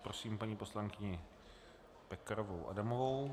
Prosím paní poslankyni Pekarovou Adamovou.